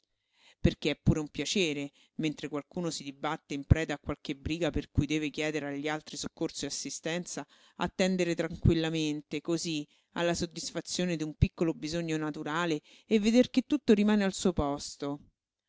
perché è pure un piacere mentre qualcuno si dibatte in preda a qualche briga per cui deve chiedere agli altri soccorso e assistenza attendere tranquillamente cosí alla soddisfazione d'un piccolo bisogno naturale e veder che tutto rimane al suo suo posto